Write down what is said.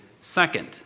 second